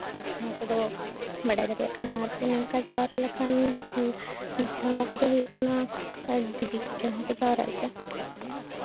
ᱱᱚᱣᱟ ᱠᱚᱫᱚ ᱵᱟᱰᱟᱭ ᱫᱟᱲᱮᱭᱟᱜ ᱠᱟᱱᱟ ᱟᱨ ᱚᱱᱮ ᱚᱱᱠᱟ ᱡᱟᱣᱨᱟ ᱞᱮᱠᱷᱟᱱ ᱫᱷᱚᱨᱢᱚ ᱠᱚᱫᱚ ᱦᱩᱭᱩᱜ ᱠᱟᱱᱟ ᱫᱤᱵᱤ ᱠᱚᱨᱮᱜ ᱦᱚᱸᱠᱚ ᱡᱟᱣᱨᱟᱜ ᱜᱮᱭᱟ